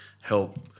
help